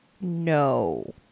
No